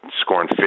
scoring